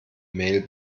mail